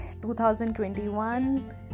2021